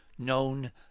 known